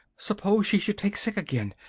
suppose she should take sick again!